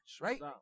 right